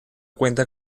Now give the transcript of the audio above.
cuenta